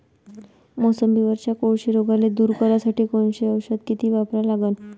मोसंबीवरच्या कोळशी रोगाले दूर करासाठी कोनचं औषध किती वापरा लागन?